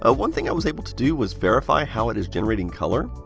ah one thing i was able to do was verify how it is generating color.